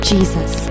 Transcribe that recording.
Jesus